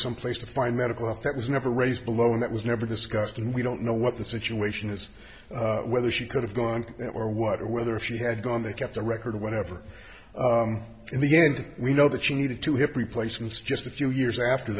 someplace to find medical if that was never raised below and that was never discussed and we don't know what the situation is whether she could have gone or water whether she had gone they kept a record or whatever in the end we know that she needed to hip replacements just a few years after